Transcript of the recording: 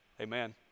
amen